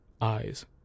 eyes